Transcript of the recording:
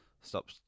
stop